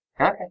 Okay